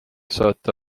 saata